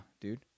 dude